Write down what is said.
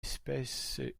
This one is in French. espèce